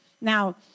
Now